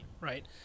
right